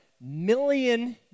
million